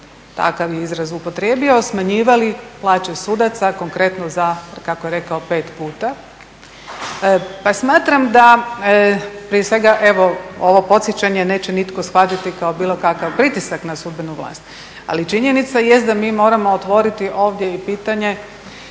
takav je izraz upotrijebio, smanjivali plaće sudaca konkretno za, kako je rekao, pet puta. Pa smatram da prije svega, evo ovo podsjećanje neće nitko shvatiti kao bilo kakav pritisak na sudbenu vlast, ali činjenica jest da mi moramo otvoriti ovdje i pitanje